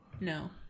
No